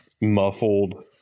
muffled